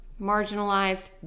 marginalized